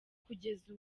kugeza